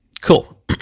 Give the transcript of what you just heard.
cool